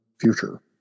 future